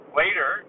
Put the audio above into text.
later